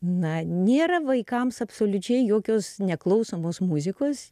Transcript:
na nėra vaikams absoliučiai jokios neklausomos muzikos